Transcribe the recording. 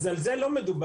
אז על זה לא מדובר.